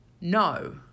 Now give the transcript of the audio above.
no